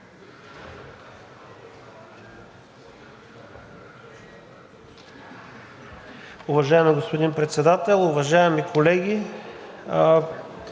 Уважаеми господин Председател, уважаеми дами